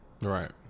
Right